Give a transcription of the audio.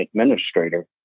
administrator